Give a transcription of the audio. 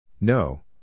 No